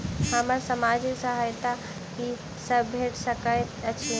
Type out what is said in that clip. हमरा सामाजिक सहायता की सब भेट सकैत अछि?